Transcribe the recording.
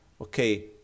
okay